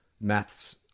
maths